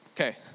Okay